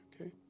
okay